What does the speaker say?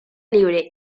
libre